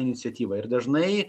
iniciatyvą ir dažnai